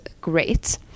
great